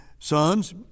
Sons